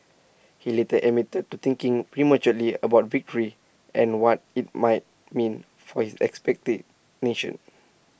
he later admitted to thinking prematurely about victory and what IT might mean for his expectant nation